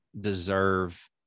deserve